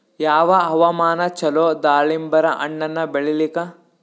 ಯಾವ ಹವಾಮಾನ ಚಲೋ ದಾಲಿಂಬರ ಹಣ್ಣನ್ನ ಬೆಳಿಲಿಕ?